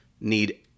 need